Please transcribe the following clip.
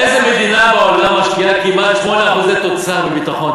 איזה מדינה בעולם משקיעה כמעט 8% תוצר בביטחון?